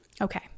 Okay